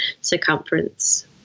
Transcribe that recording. circumference